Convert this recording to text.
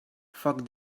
foc